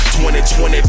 2020